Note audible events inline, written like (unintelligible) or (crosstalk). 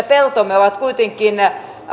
(unintelligible) peltomme ovat kuitenkin